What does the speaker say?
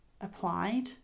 applied